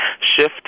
shift